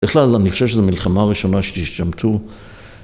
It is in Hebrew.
‫בכלל, אני חושב שזו מלחמה ראשונה ‫שתשתמטו...